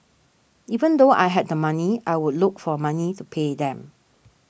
even though I had the money I would look for money to pay them